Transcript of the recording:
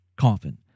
coffin